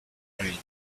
train